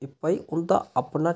एह् भई उं'दा अपना